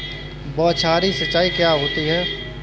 बौछारी सिंचाई क्या होती है?